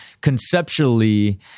conceptually